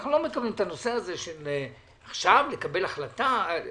אנחנו לא מקבלים את הנושא הזה של קבלת החלטה עכשיו,